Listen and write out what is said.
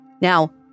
Now